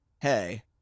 hey